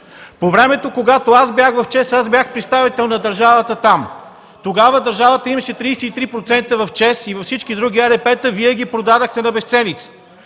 По времето, когато бях в ЧЕЗ, бях представител на държавата там. Тогава държавата имаше 33% в ЧЕЗ и във всички други ЕРП-та. Вие ги продадохте на безценица.